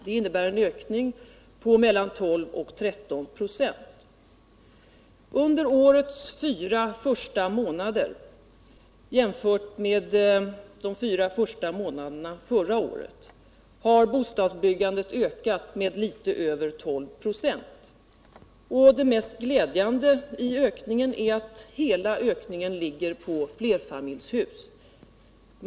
Det innebär en ökning på mellan 12 och gande 13 96. Under årets fyra första månader, jämfört med de fyra första månaderna förra året, har bostadsbyggandet ökat med litet över 12 96, och det mest glädjande är att hela ökningen ligger på flerfamiljshus.